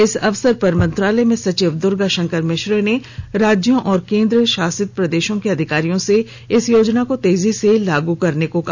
इस अवसर पर मंत्रालय में सचिव दुर्गाशंकर मिश्रा ने राज्यों और केन्द्रशासित प्रदेशों के अधिकारियों से इस योजना को तेजी से लागू करने को कहा